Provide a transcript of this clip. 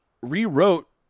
rewrote